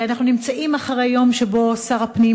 אנחנו נמצאים אחרי יום שבו שר הפנים,